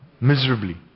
miserably